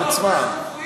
רב-עוצמה.